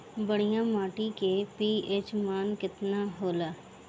बढ़िया माटी के पी.एच मान केतना होला?